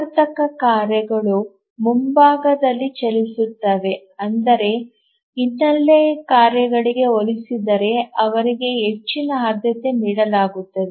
ಆವರ್ತಕ ಕಾರ್ಯಗಳು ಮುಂಭಾಗದಲ್ಲಿ ಚಲಿಸುತ್ತವೆ ಅಂದರೆ ಹಿನ್ನೆಲೆ ಕಾರ್ಯಗಳಿಗೆ ಹೋಲಿಸಿದರೆ ಅವರಿಗೆ ಹೆಚ್ಚಿನ ಆದ್ಯತೆ ನೀಡಲಾಗುತ್ತದೆ